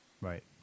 Right